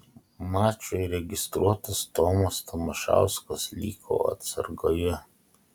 mačui registruotas tomas tamošauskas liko atsargoje